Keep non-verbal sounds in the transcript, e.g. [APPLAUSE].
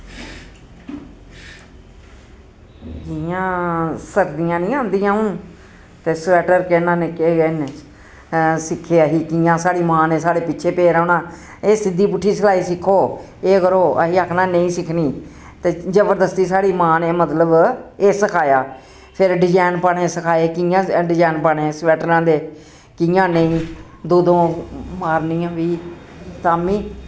जि'यां सर्दियां निं आंदियां हून ते स्वैटर [UNINTELLIGIBLE] सिक्खे असी कियां साढ़ी मां नै साढ़े पिच्छे पेई रौह्ना एह् सिध्दी पुट्ठी सलाई सिक्खो एह् करो असी आक्खना नेईं सिक्खनी ते जबरदस्ती साढ़ी मां नै मतलब एह् सखाया फिर डिजैन पाने सखाए कियां डिजैन पाने स्वैटरां दे कियां नेईं दो दो मारनियां बी तामिं